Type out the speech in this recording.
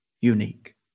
unique